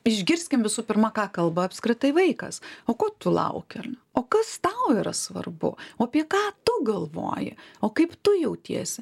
išgirskime visų pirma ką kalba apskritai vaikas o ko tu lauki o kas tau yra svarbu o apie ką tu galvoji o kaip tu jautiesi